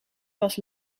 was